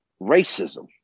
racism